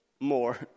more